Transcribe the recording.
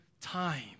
time